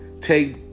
take